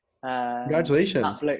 Congratulations